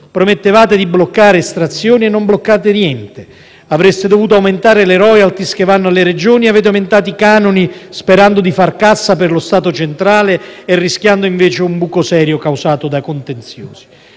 promettevate di bloccare estrazioni e non bloccate niente; avreste dovuto aumentare le *royalty* che vanno alle Regioni e avete aumentato i canoni sperando di far cassa per lo Stato centrale e rischiando invece un buco serio causato da contenziosi.